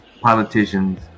politicians